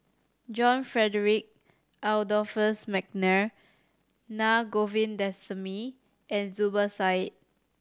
John Frederick Adolphus McNair Na Govindasamy and Zubir Said